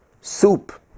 soup